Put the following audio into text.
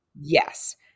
Yes